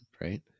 right